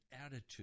attitude